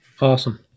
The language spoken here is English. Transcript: Awesome